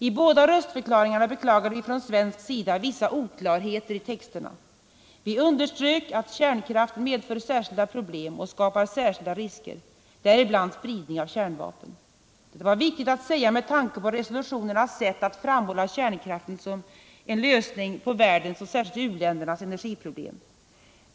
I båda röstförklaringarna beklagade vi från svensk sida vissa oklarheter i texterna. Vi underströk att kärnkraften medför särskilda problem och skapar särskilda risker, däribland spridning av kärnvapen. Detta var viktigt att säga med tanke på resolutionernas sätt att framhålla kärnkraften som en lösning på världens, och särskilt u-ländernas, energiproblem.